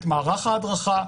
את מערך ההדרכה,